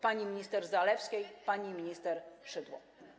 pani minister Zalewskiej, pani minister Szydło.